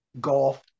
golf